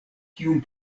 kiun